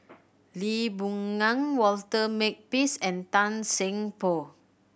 Lee Boon Ngan Walter Makepeace and Tan Seng Poh